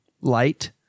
light